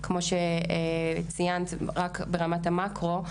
רק ברמת המאקרו.